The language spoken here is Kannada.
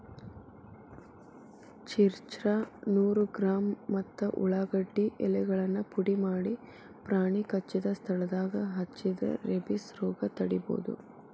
ಚಿರ್ಚ್ರಾ ನೂರು ಗ್ರಾಂ ಮತ್ತ ಉಳಾಗಡ್ಡಿ ಎಲೆಗಳನ್ನ ಪುಡಿಮಾಡಿ ಪ್ರಾಣಿ ಕಚ್ಚಿದ ಸ್ಥಳದಾಗ ಹಚ್ಚಿದ್ರ ರೇಬಿಸ್ ರೋಗ ತಡಿಬೋದು